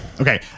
Okay